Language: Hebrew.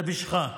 זה בשבילך: